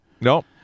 Nope